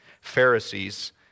Pharisees